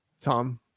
Tom